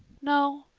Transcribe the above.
no.